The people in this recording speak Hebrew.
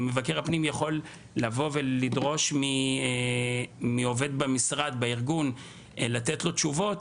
אם מבקר הפנים יכול לבוא ולדרוש מעובד במשרד לתת לו תשובות,